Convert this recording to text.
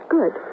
Good